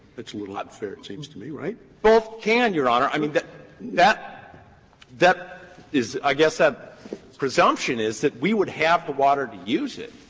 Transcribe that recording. that's a little unfair, it seems to me. right? bullock both can, your honor. i mean that that that is i guess that presumption is that we would have the water to use it,